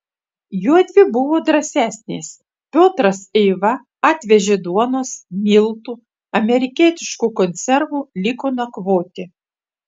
juodvi buvo drąsesnės piotras eiva atvežė duonos miltų amerikietiškų konservų liko nakvoti